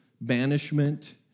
banishment